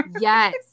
Yes